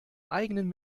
eigenen